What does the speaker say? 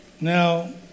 Now